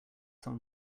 some